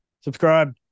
subscribe